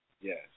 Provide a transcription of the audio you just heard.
Yes